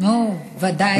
ודאי.